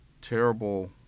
terrible